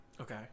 okay